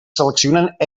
seleccionant